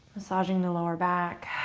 massaging the lower back.